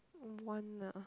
one ah